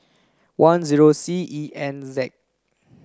one zero C E N Z